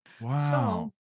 wow